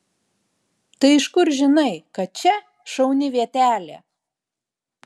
tai iš kur žinai kad čia šauni vietelė